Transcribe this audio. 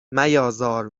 میازار